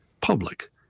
public